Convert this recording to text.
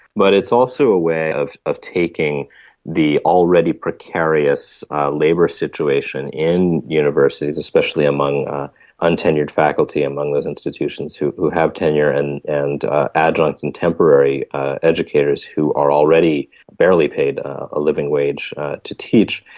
but it's also a way of of taking the already precarious labour situation in universities, especially among untenured faculty among those institutions who have tenure, and and adjunct and temporary educators who are already barely paid a living wage to teach,